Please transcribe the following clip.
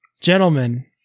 Gentlemen